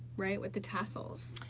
right, with the tassels.